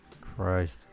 Christ